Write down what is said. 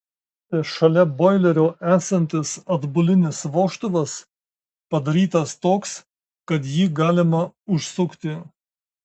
šalia boilerio esantis atbulinis vožtuvas padarytas toks kad jį galima užsukti